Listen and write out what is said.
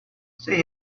say